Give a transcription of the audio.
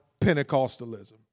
Pentecostalism